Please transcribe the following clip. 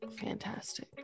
fantastic